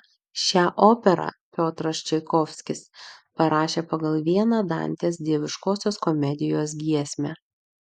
šią operą piotras čaikovskis parašė pagal vieną dantės dieviškosios komedijos giesmę